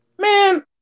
Man